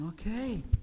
okay